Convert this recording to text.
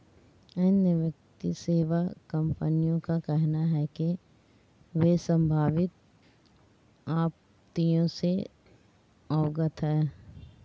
अन्य वित्तीय सेवा कंपनियों का कहना है कि वे संभावित आपत्तियों से अवगत हैं